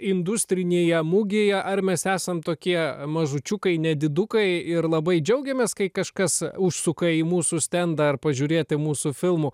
industrinėje mugėje ar mes esam tokie mažučiukai nedidukai ir labai džiaugiamės kai kažkas užsuka į mūsų stendą ar pažiūrėti mūsų filmų